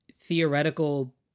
theoretical